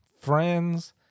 friends